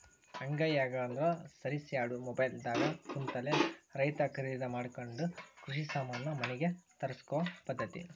ಅಂಗೈಯಾಗ ಅಂದ್ರ ಸರಿಸ್ಯಾಡು ಮೊಬೈಲ್ ದಾಗ ಕುಂತಲೆ ರೈತಾ ಕರಿದಿ ಮಾಡಕೊಂಡ ಕೃಷಿ ಸಾಮಾನ ಮನಿಗೆ ತರ್ಸಕೊ ಪದ್ದತಿ